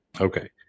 okay